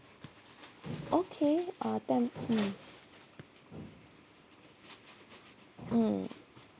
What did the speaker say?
okay uh ten mm um